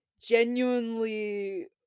genuinely